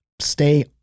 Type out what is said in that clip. stay